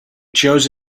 chose